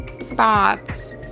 spots